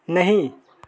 नहीं